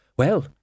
Well